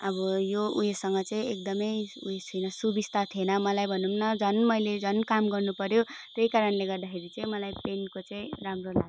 अब यो उयोसँग चाहिँ एकदमै उइस छुइनँ सुबिस्ता थिएन मलाई भनौँ न झन् मैले झन काम गर्नु पऱ्यो त्यही कारणले गर्दाखेरि चाहिँ मलाई यो पेनको चाहिँ राम्रो लागेन